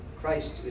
Christ